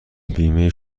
بیمه